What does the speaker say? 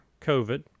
covid